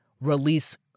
release